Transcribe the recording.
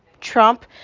Trump